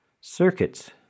circuits